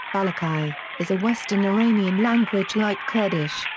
balochi, is a western iranian language like kurdish,